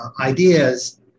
ideas